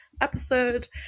episode